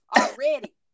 already